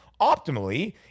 Optimally